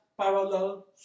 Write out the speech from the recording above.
parallel